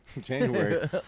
January